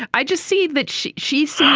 i just see that she's she's so